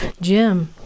Jim